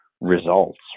results